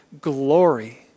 glory